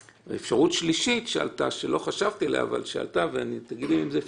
אפשרות שלישית שעלתה שלא חשבתי עליה ותגידו לי אם זה אפשרי,